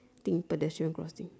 think pedestrian crossing